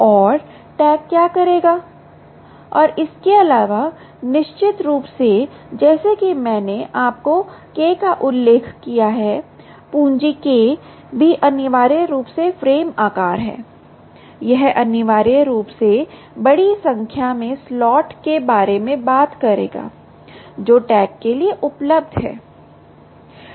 और टैग क्या करेगा और इसके अलावा निश्चित रूप से जैसा कि मैंने आपको K का उल्लेख किया है पूंजी K भी अनिवार्य रूप से फ्रेम आकार है यह अनिवार्य रूप से बड़ी संख्या में स्लॉट के बारे में बात करेगा जो टैग के लिए उपलब्ध हैं